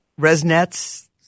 resnets